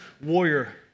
warrior